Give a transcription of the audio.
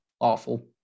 awful